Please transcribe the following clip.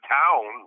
town